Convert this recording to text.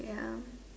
ya